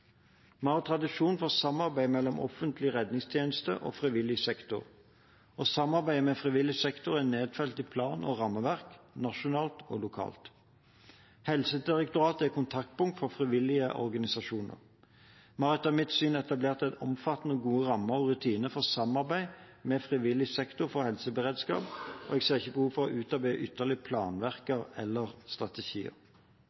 tradisjon for samarbeid mellom offentlig redningstjeneste og frivillig sektor, og samarbeidet med frivillig sektor er nedfelt i plan- og rammeverk – nasjonalt og lokalt. Helsedirektoratet er kontaktpunkt for frivillige organisasjoner. Vi har etter mitt syn etablert omfattende og gode rammer og rutiner for samarbeid med frivillig sektor for helseberedskap, og jeg ser ikke behov for å utarbeide